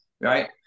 right